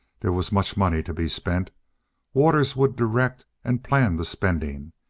there was much money to be spent waters would direct and plan the spending,